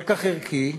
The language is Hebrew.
כל כך ערכי,